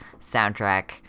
soundtrack